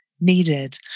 Needed